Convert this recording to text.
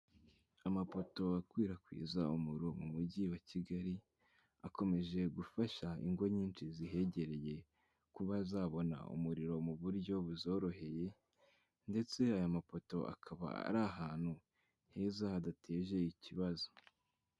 Amafoto akwirakwiza umuriro mu mujyi wa Kigali akomeje gufasha ingo nyinshi zihegereye kuba zabona umuriro mu buryo buzoroheye ndetse aya mapoto akaba ari ahantu heza hadateje ikibazo.